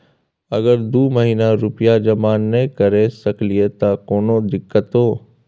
अगर दू महीना रुपिया जमा नय करे सकलियै त कोनो दिक्कतों?